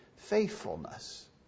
Faithfulness